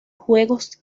juegos